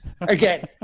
Again